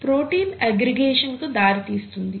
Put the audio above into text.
ఇది protein aggregation కు దారి తీస్తుంది